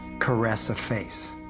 caress a face.